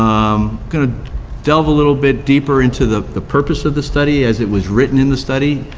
i'm gonna delve a little bit deeper into the the purpose of the study as it was written in the study.